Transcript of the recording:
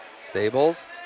Stables